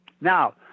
Now